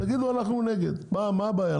תגידו שאתם נגד, מה הבעיה?